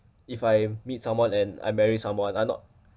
if I meet someone and I marry someone I'm not